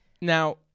now